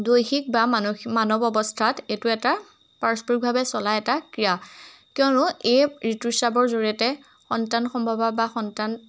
দৈহিক বা মানসিক মানৱ অৱস্থাত এইটো এটা পাৰস্পৰিকভাৱে চলা এটা ক্ৰিয়া কিয়নো এই ঋতুস্ৰাৱৰ জৰিয়তে সন্তান সম্ভৱ বা সন্তান